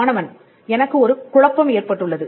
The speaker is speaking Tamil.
மாணவன் எனக்கு ஒரு குழப்பம் ஏற்பட்டுள்ளது